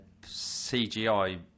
CGI